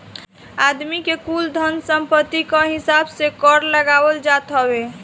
आदमी के कुल धन सम्पत्ति कअ हिसाब से कर लगावल जात हवे